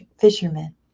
fishermen